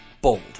bold